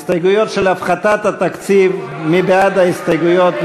הסתייגויות של הפחתת התקציב, מי בעד ההסתייגויות?